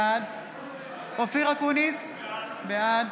בעד אופיר אקוניס, בעד